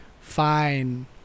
Fine